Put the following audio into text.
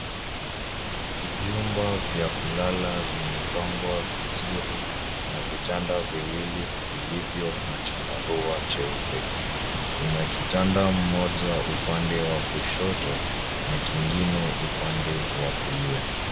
Vyumba vya kulala vimepangwa vizuri na vitanda viwili vilivyo na chandarua cheupe. Kuna kitanda moja upande wa kushoto na kingine upande wa kulia.